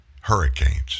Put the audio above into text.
hurricanes